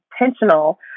intentional